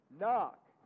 Knock